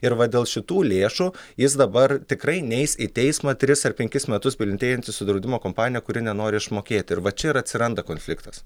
ir va dėl šitų lėšų jis dabar tikrai neis į teismą tris ar penkis metus bylinėjantis su draudimo kompanija kuri nenori išmokėti ir va čia ir atsiranda konfliktas